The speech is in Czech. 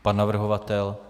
Pan navrhovatel?